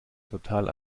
total